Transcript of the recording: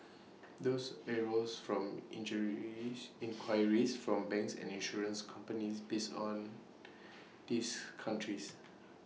these arose from inquiries from banks and insurance companies based on these countries